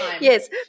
Yes